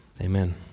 amen